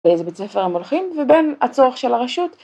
באיזה בית ספר הם הולכים ובין הצורך של הרשות